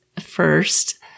first